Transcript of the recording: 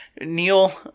Neil